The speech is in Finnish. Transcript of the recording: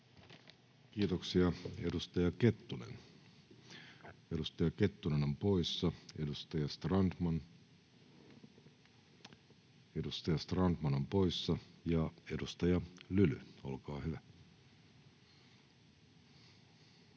on poissa. Edustaja Strandman, edustaja Strandman on poissa. — Edustaja Lyly, olkaa hyvä.